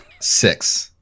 six